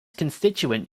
constituent